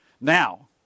Now